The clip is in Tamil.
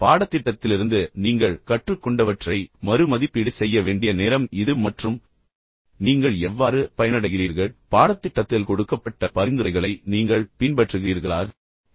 பாடத்திட்டத்திலிருந்து நீங்கள் கற்றுக்கொண்டவற்றை மறு மதிப்பீடு செய்ய வேண்டிய நேரம் இது மற்றும் நீங்கள் எவ்வாறு பயனடைகிறீர்கள் பாடத்திட்டத்தில் கொடுக்கப்பட்ட பரிந்துரைகளை நீங்கள் பின்பற்றுகிறீர்களா என்று கவனிக்கவும்